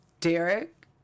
Derek